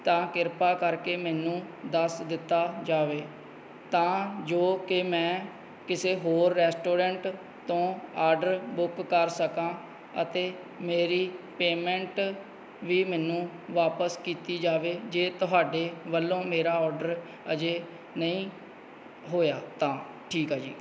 ਤਾਂ ਕਿਰਪਾ ਕਰਕੇ ਮੈਨੂੰ ਦੱਸ ਦਿੱਤਾ ਜਾਵੇ ਤਾਂ ਜੋ ਕਿ ਮੈਂ ਕਿਸੇ ਹੋਰ ਰੈਸਟੋਰੈਂਟ ਤੋਂ ਆਰਡਰ ਬੁੱਕ ਕਰ ਸਕਾਂ ਅਤੇ ਮੇਰੀ ਪੇਮੈਂਟ ਵੀ ਮੈਨੂੰ ਵਾਪਿਸ ਕੀਤੀ ਜਾਵੇ ਜੇ ਤੁਹਾਡੇ ਵੱਲੋਂ ਮੇਰਾ ਆਰਡਰ ਅਜੇ ਨਹੀਂ ਹੋਇਆ ਤਾਂ ਠੀਕ ਆ ਜੀ